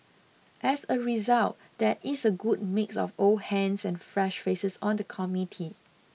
as a result there is a good mix of old hands and fresh faces on the committee